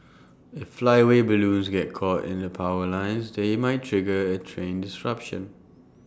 if flyaway balloons get caught in the power lines they might trigger A train disruption